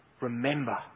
remember